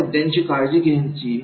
कोणत्या मुद्द्यांची काळजी घ्यायची